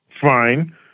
Fine